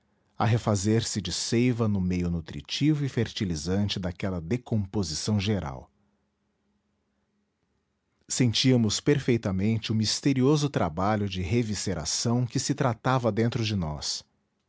a refazer se de seiva no meio nutritivo e fertilizante daquela decomposição geral sentíamos perfeitamente o misterioso trabalho de revisceração que se travava dentro de nós